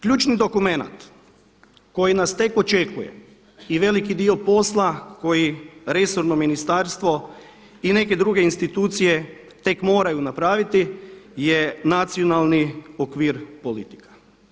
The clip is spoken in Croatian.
Ključni dokument koji nas tek očekuje i veliki dio posla koje resorno ministarstvo i neke druge institucije tek moraju napraviti je nacionalni okvir politika.